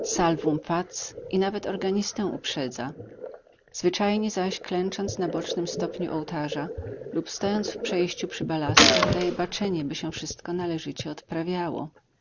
fac i nawet organistę uprzedza zwyczajnie zaś klęcząc na bocznym stopniu ołtarza lub stojąc w przejściu przy balaskach daje baczenie by się wszystko należycie odprawiało